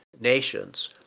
nations